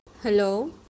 hello